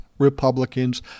Republicans